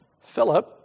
Philip